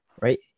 right